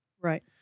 Right